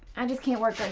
and just can't work like